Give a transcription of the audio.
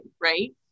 right